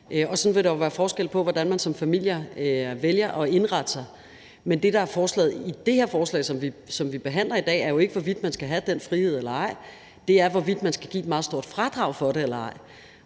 Og sådan vil der jo være forskel på, hvordan man som familie vælger at indrette sig. Men det, der er forslaget i det beslutningsforslag, vi behandler her i dag, er jo ikke, hvorvidt man skal have den frihed eller ej; det er, hvorvidt man skal give et meget stort fradrag for det eller ej.